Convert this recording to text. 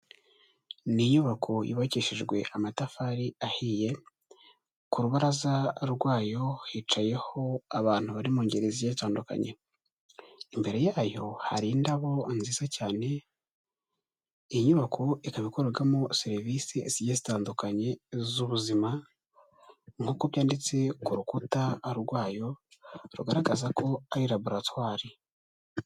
Ni inyubako yubakishijwe amatafari ahiye ku rubaraza rwayo hicayeho abantu bari muri ngeri zigiye zitandukanye, imbere yayo hari indabo nziza cyane, iyi inyubako ikaba ikorerwamo serivisi zigiye zitandukanye z'ubuzima nkuko byanditse ku rukuta rwayo rugaragaza ko ari laboratwari.